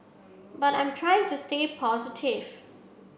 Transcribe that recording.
but I'm trying to stay positive